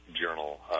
journal